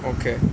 okay